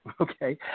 okay